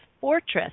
fortress